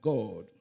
God